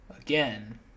again